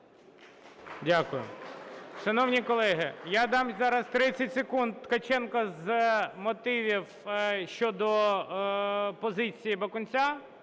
Дякую. Шановні колеги! Я дам зараз 30 секунд Ткаченку з мотивів щодо позиці Бакунця